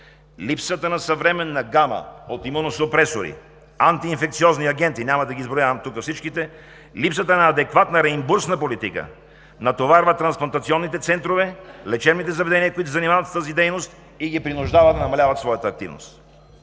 Липсата на съвременна гама от имуносупресори, антиинфекциозни агенти – няма да ги изброявам всичките, липсата на адекватна реимбурсна политика, натоварва трансплантационните центрове, лечебните заведения, които се занимават с тази дейност и ги принуждава да намаляват своята активност.